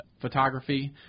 photography